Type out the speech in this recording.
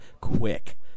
quick